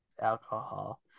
alcohol